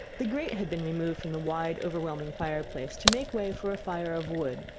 the grate had been removed from the wide overwhelming fireplace, to make way for a fire of wood,